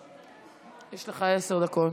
יש לך עשר דקות.